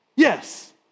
Yes